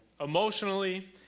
emotionally